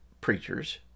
preachers